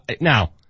Now